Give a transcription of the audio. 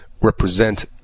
represent